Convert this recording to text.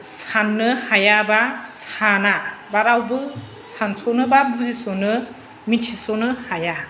साननो हाया बा साना बा रावबो सानस'नो बा बुजिस'नो मिथिस'नो हाया